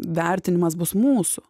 vertinimas bus mūsų